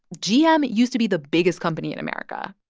gm used to be the biggest company in america.